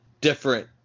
different